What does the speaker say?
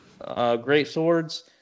greatswords